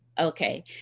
Okay